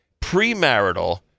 premarital